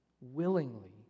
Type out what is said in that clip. willingly